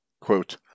quote